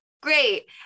Great